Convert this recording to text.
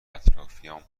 اطرافیام